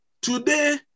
Today